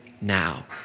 now